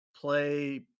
play